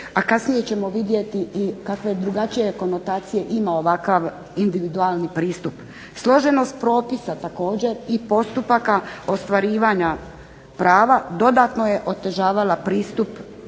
a kasnije ćemo vidjeti i kakve drugačije konotacije ima ovakav individualni pristup. Složenost propisa također i postupaka ostvarivanja prava dodatno je otežavala pristup